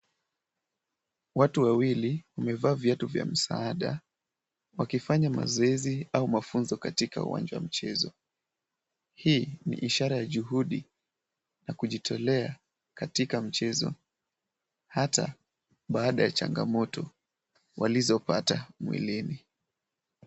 Watu wawili wamevaa viatu vya msaada wakifanya mazoezi au mafunzo katika uwanja wa mchezo. Hii ni ishara ya juhudi na kujitolea katika mchezo, hata baada ya changamoto walizopata mwilini.